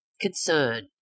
concern